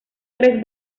tres